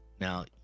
now